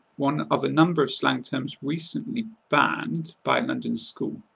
one of a number of slang terms recently banned by a london school.